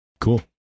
cool